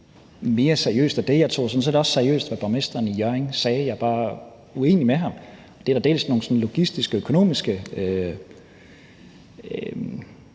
mere seriøst af det. Jeg tog det sådan set også seriøst, da borgmesteren i Hjørring sagde det, men jeg er bare uenig med ham. Det er der nogle logistiske og økonomiske